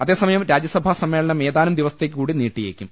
അതേസമയം രാജ്യസഭാ സമ്മേളനം ഏതാനും ദിവസത്തേക്ക് കൂടി നീട്ടിയേക്കും